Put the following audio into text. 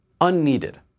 unneeded